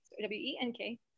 W-E-N-K